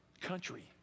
country